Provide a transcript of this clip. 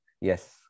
Yes